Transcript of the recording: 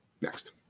next